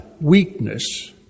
weakness